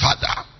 father